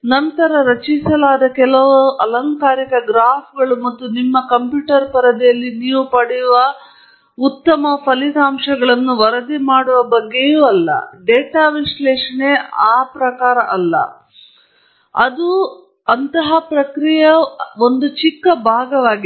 ತದನಂತರ ರಚಿಸಲಾದ ಕೆಲವು ಅಲಂಕಾರಿಕ ಗ್ರ್ಯಾಫ್ಗಳು ಮತ್ತು ನಿಮ್ಮ ಕಂಪ್ಯೂಟರ್ ಪರದೆಯಲ್ಲಿ ನೀವು ಪಡೆಯುವ ಕೆಲವು ಉತ್ತಮ ಫಲಿತಾಂಶಗಳನ್ನು ವರದಿ ಮಾಡುವ ಬಗ್ಗೆ ಅಲ್ಲ ಡೇಟಾ ವಿಶ್ಲೇಷಣೆ ಅಲ್ಲ ಅದು ಆ ವ್ಯಾಯಾಮದ ಅತ್ಯಂತ ಚಿಕ್ಕ ಭಾಗವಾಗಿದೆ